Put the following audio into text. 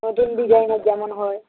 নতুন ডিজাইনের যেমন হয়